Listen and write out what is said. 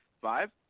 Five